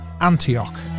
Antioch